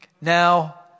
Now